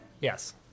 Yes